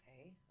okay